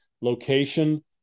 location